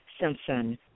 Simpson